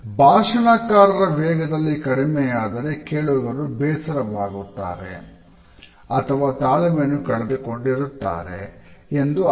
ಭಾಷಣಕಾರರ ವೇಗದಲ್ಲಿ ಕಡಿಮೆಯಾದರೆ ಕೇಳುಗರು ಬೇಸರವಾಗಿರುತ್ತಾರೆ ಅಥವಾ ತಾಳ್ಮೆಯನ್ನು ಕಳೆದುಕೊಂಡಿರುತ್ತಾರೆ ಎಂದು ಅರ್ಥ